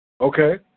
Okay